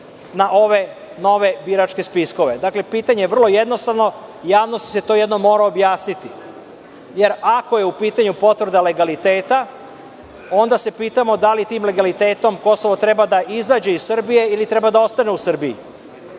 na ove biračke spiskove? Dakle, pitanje je vrlo jednostavno, javnosti se to jednom mora objasniti, jer ako je u pitanju potvrda legaliteta, onda se pitamo da li tim legalitetom Kosovo treba da izađe iz Srbije, ili treba da ostane u Srbiji. Preko